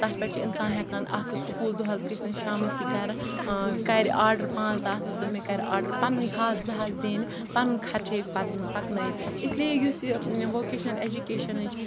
تَتھ پٮ۪ٹھ چھِ اِنسان ہٮ۪کان اَکھ سکوٗل دۄہَس گٔژھِتھ شامَس یی گَرٕ کَرِ آڈَر پانٛژھ دَہ کَرِ آڈَر پںٛنُے ہَتھ زٕ ہَتھ زینہِ پَنُن خرچہِ ہیٚکہِ پَتہٕ پَکنٲیِتھ اِسلیے یُس یہِ ووکیشنَل ایجوکیشَنٕچ